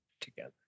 together